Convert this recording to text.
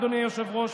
אדוני היושב-ראש,